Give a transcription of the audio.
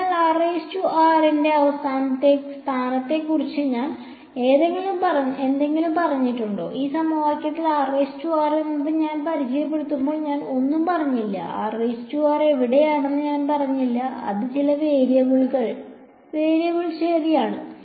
അതിനാൽ r ന്റെ സ്ഥാനത്തെക്കുറിച്ച് ഞാൻ എന്തെങ്കിലും പറഞ്ഞിട്ടുണ്ടോ ഈ സമവാക്യത്തിൽ r എന്ന് ഞാൻ പരിചയപ്പെടുത്തുമ്പോൾ ഞാൻ ഒന്നും പറഞ്ഞില്ല r എവിടെയാണെന്ന് ഞാൻ പറഞ്ഞില്ല അത് ചില വേരിയബിൾ ശരിയാണ്